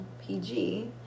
PG